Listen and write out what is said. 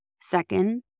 Second